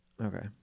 Okay